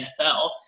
NFL